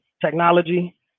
technology